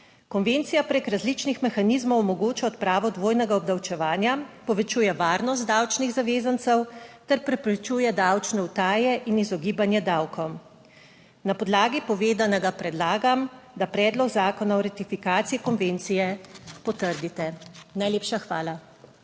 Konvencija preko različnih mehanizmov omogoča odpravo dvojnega obdavčevanja, povečuje varnost davčnih zavezancev ter preprečuje davčne utaje in izogibanje davkom. Na podlagi povedanega predlagam, da Predlog zakona o ratifikaciji konvencije potrdite. Najlepša hvala.